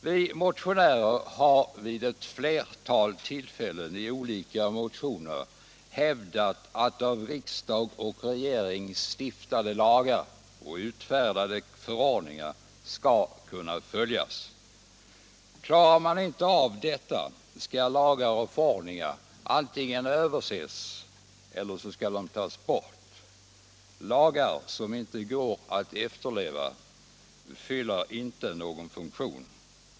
Vi motionärer har vid flera tillfällen i olika motioner hävdat att av riksdag och regering stiftade lagar och utfärdade förordningar skall kunna följas. Klarar man inte av detta skall lagar och förordningar antingen överses eller tas bort. Lagar som inte går att efterleva fyller ingen funktion.